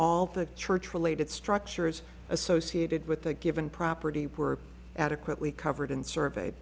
all the church related structures associated with the given property were adequately covered survey